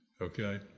okay